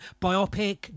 Biopic